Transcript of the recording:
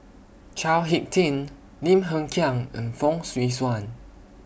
Chao Hick Tin Lim Hng Kiang and Fong Swee Suan